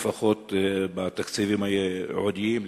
לפחות בתקציבים הייעודיים,